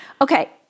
Okay